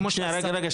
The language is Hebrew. כמו --- רגע,